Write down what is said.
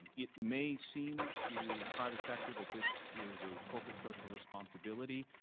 it may seem to the private sector that this is a corporate social responsibility.